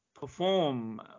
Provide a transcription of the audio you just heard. perform